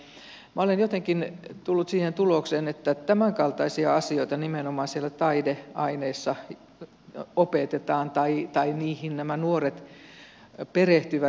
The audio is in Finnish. minä olen jotenkin tullut siihen tulokseen että tämänkaltaisia asioita nimenomaan taideaineissa opetetaan tai niihin nämä nuoret perehtyvät